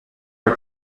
are